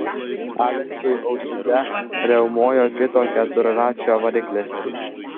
aleksui ausyse riaumojo kito keturračio variklis